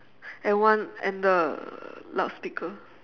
and one and the loudspeaker